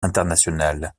international